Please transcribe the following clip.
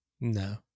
No